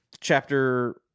chapter